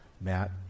Matt